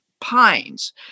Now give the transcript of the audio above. pines